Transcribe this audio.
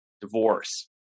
divorce